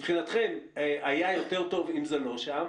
מבחינתכם היה יותר טוב אם זה לא שם?